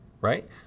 right